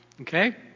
Okay